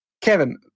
Kevin